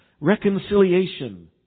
Reconciliation